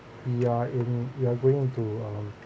we are in we are going to um